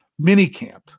minicamp